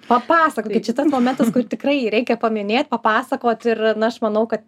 papasakokit čia tas momentas kur tikrai reikia paminėt papasakot ir na aš manau kad